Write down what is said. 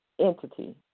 entity